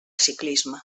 ciclisme